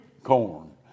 corn